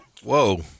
Whoa